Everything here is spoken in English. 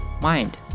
mind